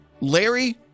larry